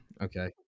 okay